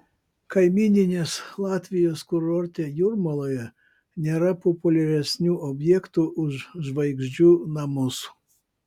kaimyninės latvijos kurorte jūrmaloje nėra populiaresnių objektų už žvaigždžių namus